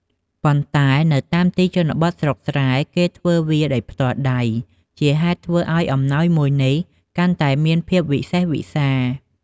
ប៉ុន្តែនៅតាមទីជនបទស្រុកស្រែ គេធ្វើវាដោយផ្ទាល់ដៃ ជាហេតុធ្វើឱ្យអំណោយមួយនេះកាន់តែមានភាពវិសេសវិសាល។